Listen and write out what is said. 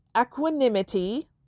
equanimity